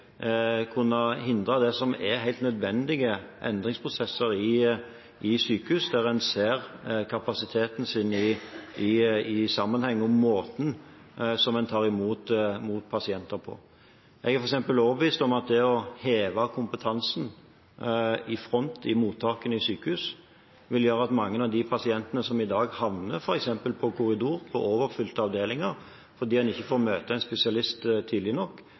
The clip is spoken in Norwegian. som er helt nødvendige endringsprosesser i sykehus der en ser kapasiteten sin i sammenheng og måten en tar imot pasienter på. Jeg er f.eks. overbevist om at det å heve kompetansen i front, i mottakene i sykehus, vil gjøre at mange av de pasientene som i dag havner f.eks. på korridor på overfylte avdelinger fordi en ikke får møte en spesialist tidlig nok,